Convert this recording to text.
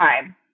time